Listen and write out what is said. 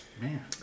man